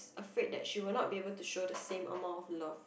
afraid that she will not be able to show the same amount of love